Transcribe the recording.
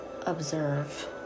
observe